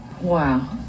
Wow